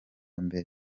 mbere